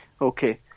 Okay